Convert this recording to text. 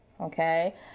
okay